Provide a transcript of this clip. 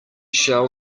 shall